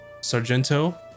Sargento